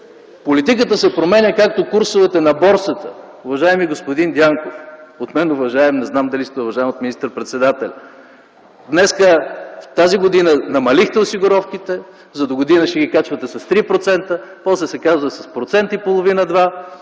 Политиката се променя както курсовете на борсата. Уважаеми господин Дянков – от мен уважаем, не знам дали сте уважаем от министър-председателя, тази година намалихте осигуровките, за догодина ще ги качвате с 3%, после се каза с 1,5% -2%.